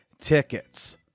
tickets